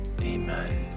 amen